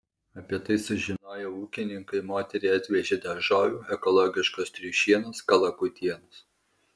apie tai sužinoję ūkininkai moteriai atvežė daržovių ekologiškos triušienos kalakutienos